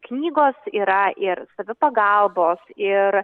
knygos yra ir savipagalbos ir